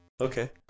Okay